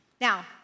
Now